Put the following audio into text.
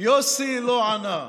לא ענה,